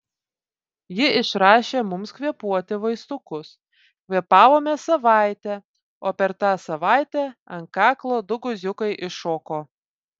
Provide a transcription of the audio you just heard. ji išrašė mums kvėpuoti vaistukus kvėpavome savaitę o per tą savaitę ant kaklo du guziukai iššoko